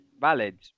valid